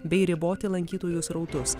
bei riboti lankytojų srautus